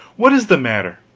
what is the matter?